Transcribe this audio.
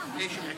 כבוד היושב-ראש.